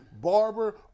Barber